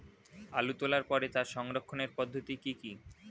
আলু তোলার পরে তার সংরক্ষণের পদ্ধতি কি কি?